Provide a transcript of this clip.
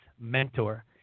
Mentor